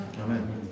Amen